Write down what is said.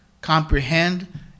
comprehend